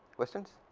questions.